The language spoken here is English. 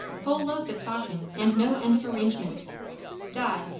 whole loads of talking, and no end of arrangements di,